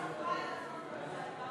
משה גפני ואורי מקלב לסעיף 60 לא נתקבלה.